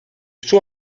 suo